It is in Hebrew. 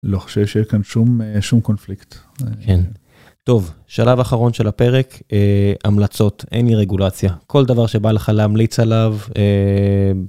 לא חושב שיש כאן שום קונפליקט. כן. טוב, שלב אחרון של הפרק, המלצות, any רגולציה. כל דבר שבא לך להמליץ עליו.